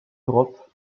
europe